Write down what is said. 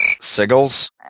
sigils